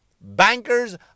Bankers